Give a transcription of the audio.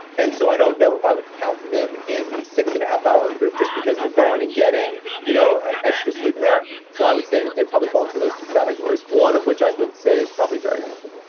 and so i don't know if i would count them in the six and a half hour group just because they're going and getting you know ah extra sleep there. so, i would say they probably fall into those two categories, one of which i would say is probably very healthy